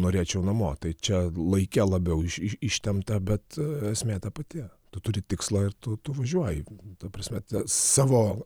norėčiau namo tai čia laike labiau ištempta bet esmė ta pati tu turi tikslą ir tu tu važiuoji ta prasme savo